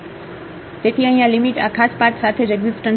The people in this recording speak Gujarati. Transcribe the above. તેથી અહીં આ લિમિટ આ ખાસ પાથ સાથે જ એકઝીસ્ટન્સમાં નથી